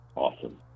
awesome